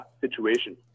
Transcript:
situation